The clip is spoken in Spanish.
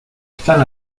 están